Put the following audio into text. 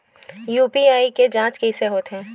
UPI के के जांच कइसे होथे?